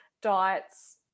diets